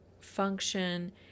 function